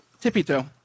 Tippy-toe